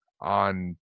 on